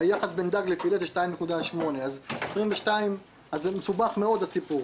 היחס בין דג לפילה הוא 2.8. הסיפור מסובך מאוד.